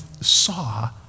saw